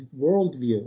worldview